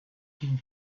came